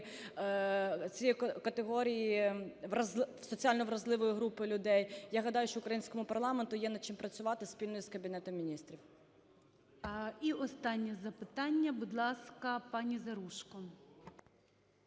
цієї категорії соціально вразливої групи людей. Я гадаю, що українському парламенту є над чим працювати спільно із Кабінетом Міністрів. ГОЛОВУЮЧИЙ. І останнє запитання. Будь ласка, пані Заружко.